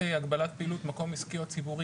הגבלת פעילות (מקום עסקי או ציבורי),